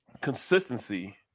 consistency